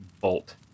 bolt